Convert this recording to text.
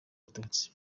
abatutsi